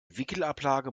wickelablage